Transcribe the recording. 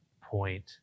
point